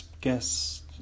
guess